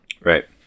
Right